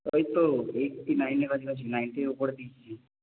ওই তো এইটটি নাইনের কাছাকাছি নাইনটির উপরে দিয়েছি